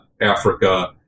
Africa